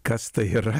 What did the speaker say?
kas tai yra